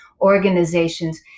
organizations